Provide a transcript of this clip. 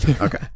okay